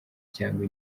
cyangwa